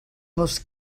més